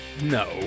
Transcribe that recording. No